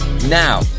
Now